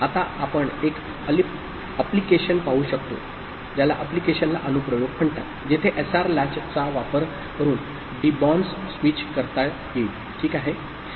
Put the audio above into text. आता आत्ता आपण एक अप्लिकेशन पाहू शकतो जेथे एसआर लॅचचा वापर करुन डेबॉन्स स्विच करता येईल ठीक आहे